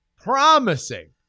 promising